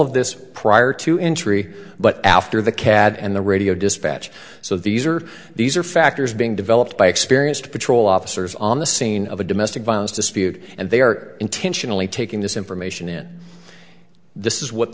of this prior to entry but after the cad and the radio dispatch so these are these are factors being developed by experienced patrol officers on the scene of a domestic violence dispute and they are intentionally taking this information in this is what